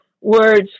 words